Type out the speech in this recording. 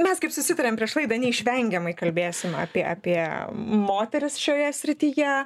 mes kaip susitarėm prieš laidą neišvengiamai kalbėsim apie apie moteris šioje srityje